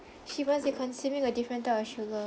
she was like consuming a different type of sugar